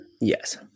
Yes